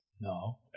No